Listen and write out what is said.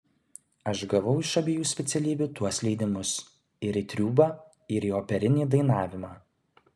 aš gavau iš abiejų specialybių tuos leidimus ir į triūbą ir į operinį dainavimą